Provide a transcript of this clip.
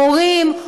מורים,